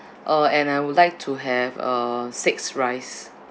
uh and I would like to have uh six rice